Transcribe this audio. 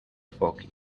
foc